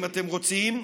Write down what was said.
אם אתם רוצים,